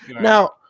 Now